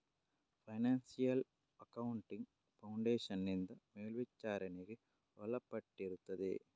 financial accounting foundation ನಿಂದ ಮೇಲ್ವಿಚಾರಣೆಗೆ ಒಳಪಟ್ಟಿರುತ್ತದೆ